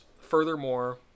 furthermore